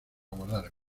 guardar